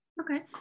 okay